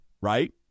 Right